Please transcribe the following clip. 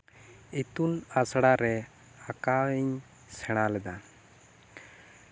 ᱤᱛᱩᱱ ᱟᱥᱲᱟ ᱨᱮ ᱟᱸᱠᱟᱣᱤᱧ ᱥᱮᱬᱟ ᱞᱮᱫᱟ